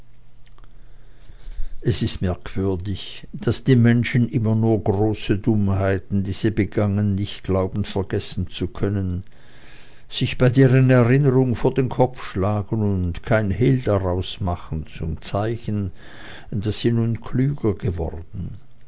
es ist merkwürdig daß die menschen immer nur große dummheiten die sie begangen nicht glauben vergessen zu können sich bei deren erinnerung vor den kopf schlagen und kein hehl daraus machen zum zeichen daß sie nun klüger geworden